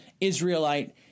Israelite